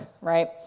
right